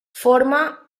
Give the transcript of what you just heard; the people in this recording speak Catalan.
forma